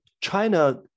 China